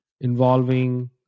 involving